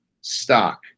stock